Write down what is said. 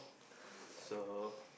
so